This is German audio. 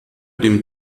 dem